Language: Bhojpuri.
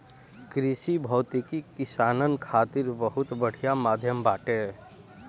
कृषि भौतिकी किसानन खातिर बहुत बढ़िया माध्यम बाटे